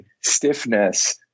stiffness